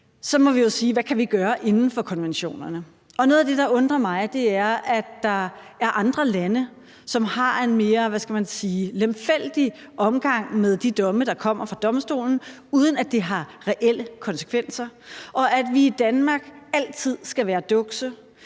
dem – spørge: Hvad kan vi gøre inden for konventionerne? Noget af det, der undrer mig, er, at der er andre lande, som har en mere, hvad skal man sige, lemfældig omgang med de domme, der kommer fra domstolen, uden at det har reelle konsekvenser, og at vi i Danmark altid skal være dukse.